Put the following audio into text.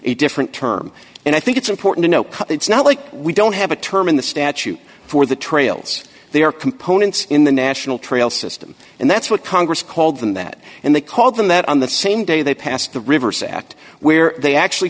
a different term and i think it's important to note it's not like we don't have a term in the statute for the trails they are components in the national trail system and that's what congress called them that and they called them that on the same day they passed the rivers act where they actually